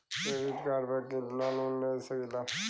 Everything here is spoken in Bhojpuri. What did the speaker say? क्रेडिट कार्ड पर कितनालोन ले सकीला?